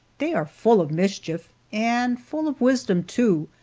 they are full of mischief, and full of wisdom, too,